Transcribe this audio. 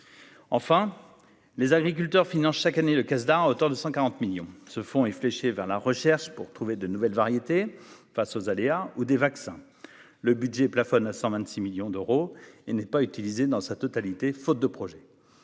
enfin les agriculteurs finance chaque année, le Canada, hauteur de 140 millions ce fonds est fléchée vers la recherche pour trouver de nouvelles variétés face aux aléas ou des vaccins, le budget plafonne à 126 millions d'euros et n'est pas utilisé dans sa totalité, faute de projet,